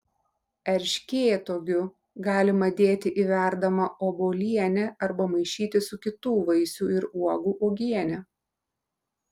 erškėtuogių galima dėti į verdamą obuolienę arba maišyti su kitų vaisių ir uogų uogiene